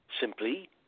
simply